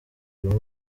buri